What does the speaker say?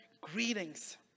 greetings